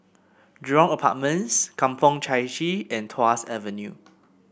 Jurong Apartments Kampong Chai Chee and Tuas Avenue